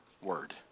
word